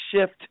shift